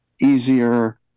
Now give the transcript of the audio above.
easier